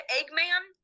Eggman